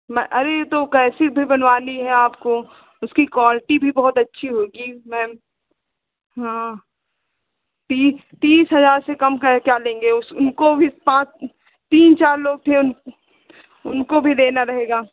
मै अरे यह तो कैसेट भी बनवानी है आपको उसकी क्वाल्टी भी बहुत अच्छी होगी मैम हाँ तीस तीस हज़ार से कम क्या लेंगे उनको भी पाँच तीन चार लोग थे उनको भी देना रहेगा